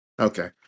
okay